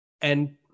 And-